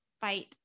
fight